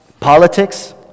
Politics